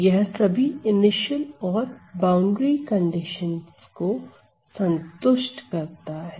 यह सभी इनिशियल और बाउंड्री कंडीशन को संतुष्ट करता है